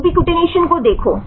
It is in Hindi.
यूबीक्विटिनेशन को देखो